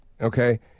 okay